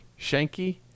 Shanky